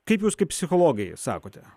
kaip jūs kaip psichologai sakote